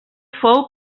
fou